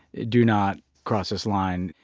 do not cross this line.